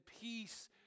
peace